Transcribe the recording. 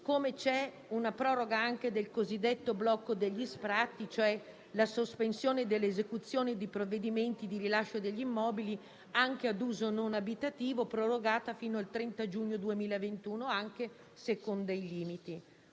inoltre la proroga del cosiddetto blocco degli sfratti: la sospensione dell'esecuzione di provvedimenti di rilascio degli immobili, anche a uso non abitativo, viene prorogata fino al 30 giugno 2021, anche se con dei limiti.